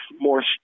more